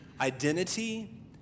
identity